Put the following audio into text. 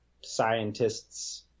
scientists